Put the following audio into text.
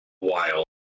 wild